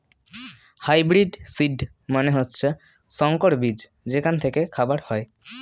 hybrid seed মানে হচ্ছে সংকর বীজ যেখান থেকে খাবার হয়